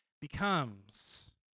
becomes